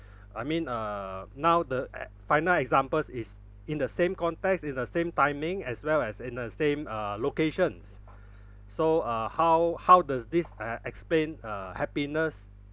I mean uh now the e~ final examples is in the same context in the same timing as well as in the same uh locations so uh how how does this ah explain uh happiness